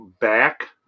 back